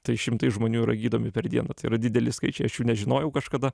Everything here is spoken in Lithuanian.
tai šimtai žmonių yra gydomi per dieną tai yra didelis skaičiai aš jų nežinojau kažkada